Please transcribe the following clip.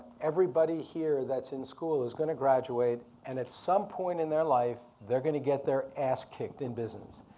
everybody here that's in school is gonna graduate, and at some point in their life, they're gonna get their ass kicked in business.